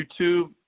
YouTube